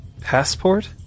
passport